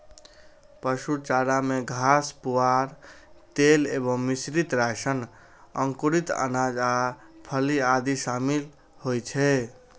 पशु चारा मे घास, पुआर, तेल एवं मिश्रित राशन, अंकुरित अनाज आ फली आदि शामिल होइ छै